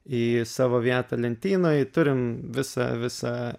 į savo vietą lentynoj turim visą visą